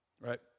Right